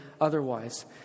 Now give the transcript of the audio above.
otherwise